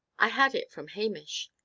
i had it from hamish.